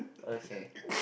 okay